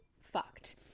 fucked